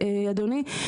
אדוני,